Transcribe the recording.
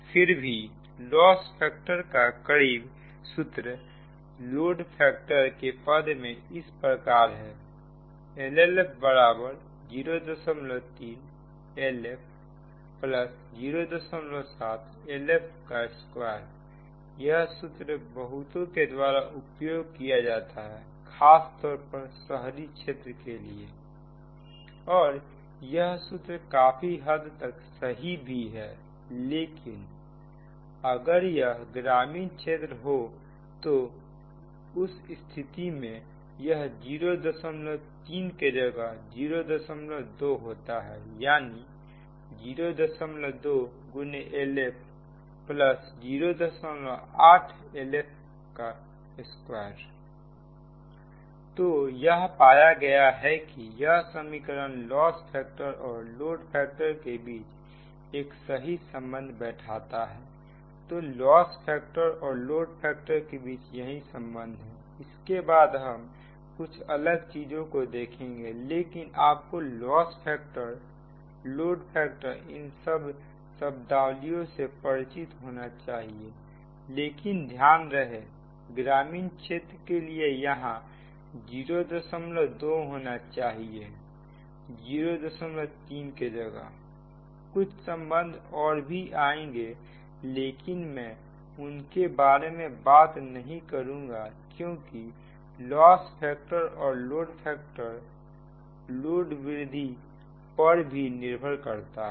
फिर भी loss factor का करीबी सूत्र लोड फैक्टर के पद में इस प्रकार है LLF 03 072 यह सूत्र बहुतों के द्वारा उपयोग किया जाता है खास तौर पर शहरी क्षेत्रों के लिए और यह सूत्र काफी हद तक सही भी है लेकिन अगर यह ग्रामीण क्षेत्र हो तो उस स्थिति में यह 03 के जगह 02 होता है यानी 02 LF 08 LF2 तो यह पाया गया है कि यह समीकरण लॉस फैक्टर और लोड फैक्टर के बीच एक सही संबंध बैठता है तो लॉस फैक्टर और लोड फैक्टर के बीच यही संबंध है इसके बाद हम कुछ अलग चीजों को देखेंगे लेकिन आपको लॉस् फैक्टर लोड फैक्टर इन सब शब्दावलीयो से परिचित होना चाहिए लेकिन ध्यान रहे ग्रामीण क्षेत्र के लिए यहां 02 होना चाहिए 03 के जगह कुछ संबंध और भी आएंगे लेकिन मैं उनके बारे में बात नहीं करूंगा क्योंकि लॉस् फैक्टर और लोड फैक्टर लोड वृद्धि पर भी निर्भर करता है